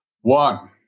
One